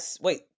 Wait